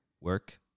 work